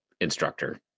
instructor